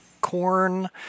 corn